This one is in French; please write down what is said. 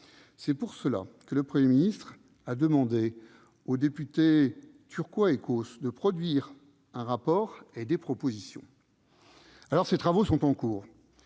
C'est pour cela que le Premier ministre a demandé aux députés Turquois et Causse de produire un rapport et des propositions. Ces travaux sont en cours.